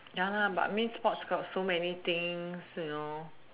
ya but mean sports got so many things you know